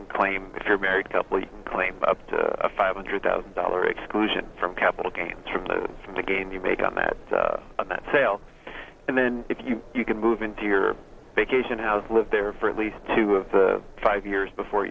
can claim if you're a married couple you claim up to a five hundred thousand dollars exclusion from capital gains from the from the gain you make on that on that sale and then if you you can move into your vacation house live there for at least two of the five years before